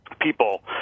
people